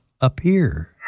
appear